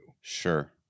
Sure